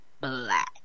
Black